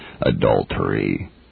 Adultery